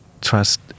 trust